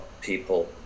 people